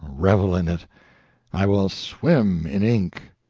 revel in it i will swim in ink!